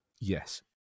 Yes